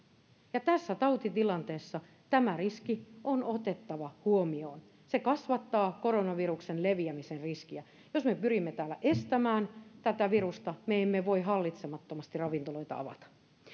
ja tässä tautitilanteessa tämä riski on otettava huomioon se kasvattaa koronaviruksen leviämisen riskiä jos me pyrimme täällä estämään tätä virusta me emme voi hallitsemattomasti ravintoloita avata